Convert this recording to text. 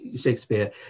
Shakespeare